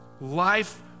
life